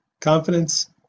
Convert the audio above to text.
confidence